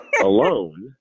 alone